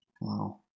Wow